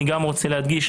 אני רוצה להדגיש,